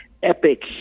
Epic